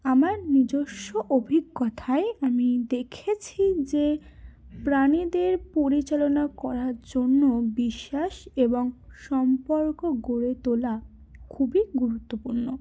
আমার নিজস্ব অভিজ্ঞতায় আমি দেখেছি যে প্রাণীদের পরিচালনা করার জন্য বিশ্বাস এবং সম্পর্ক গড়ে তোলা খুবই গুরুত্বপূর্ণ